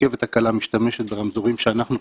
הרכבת הקלה משתמשת ברמזורים שאנחנו פיתחנו,